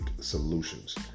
Solutions